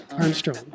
Armstrong